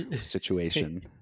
situation